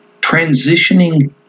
transitioning